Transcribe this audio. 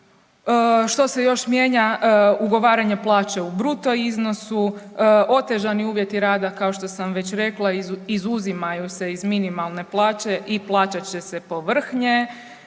Što se još mijenja? Ugovaranje plaće u bruto iznosu, otežani uvjeti rada kao što sam već rekla izuzimaju se iz minimalne plaće i plaćat će se po vrh nje.